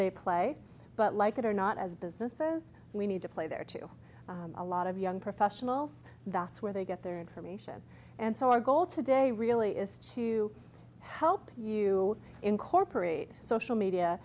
they play but like it or not as business says we need to play there too a lot of young professionals that's where they get their information and so our goal today really is to help you incorporate social media